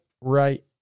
right